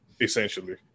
essentially